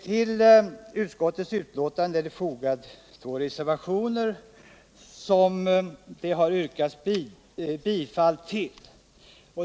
Vid utskottsbetänkandet har det fogats två reservationer som det yrkats bifall till.